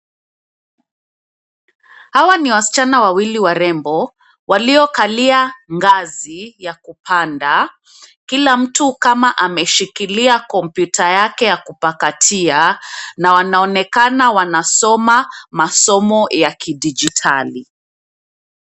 Hawa ni wasichana wawili warembo, waliokalia ngazi ya kupanda. Kila mtu kama ameshikilia kompyuta yake ya kupakatia na wanaonekana wanasoma masomo ya kidijitali.